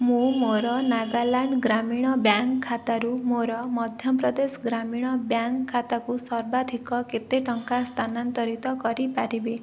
ମୁଁ ମୋର ନାଗାଲାଣ୍ଡ ଗ୍ରାମୀଣ ବ୍ୟାଙ୍କ ଖାତାରୁ ମୋର ମଧ୍ୟପ୍ରଦେଶ ଗ୍ରାମୀଣ ବ୍ୟାଙ୍କ ଖାତାକୁ ସର୍ବାଧିକ କେତେ ଟଙ୍କା ସ୍ଥାନାନ୍ତରିତ କରିପାରିବି